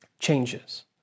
changes